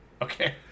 Okay